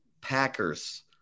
Packers